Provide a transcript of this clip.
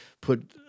put